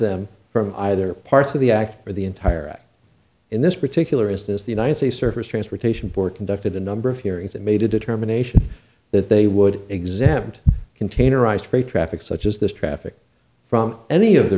them from either parts of the act or the entire act in this particular instance the united states surface transportation board conducted a number of hearings and made a determination that they would exempt containerized for a traffic such as this traffic from any of the